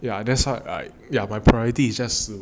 yeah that's what yeah my priority is just